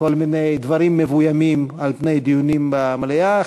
כל מיני דברים מבוימים על פני דיונים במליאה,